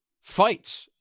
fights